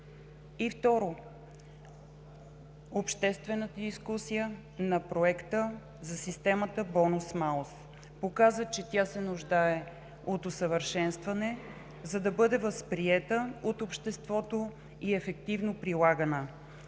и, второ, обществената дискусия на проекта за системата „бонус-малус“ показа, че тя се нуждае от усъвършенстване, за да бъде възприета от обществото и ефективно прилагана.